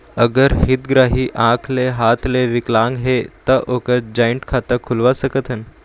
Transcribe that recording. अगर हितग्राही आंख ले हाथ ले विकलांग हे ता ओकर जॉइंट खाता खुलवा सकथन?